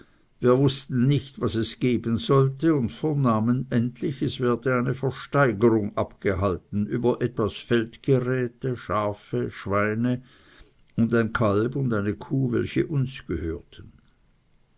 wir wußten nicht was es geben sollte und vernahmen endlich es werde eine versteigerung abgehalten über etwas feldgeräte schafe schweine und ein kalb und eine kuh welche uns gehörten